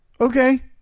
okay